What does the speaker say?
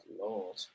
lord